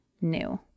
new